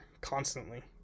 constantly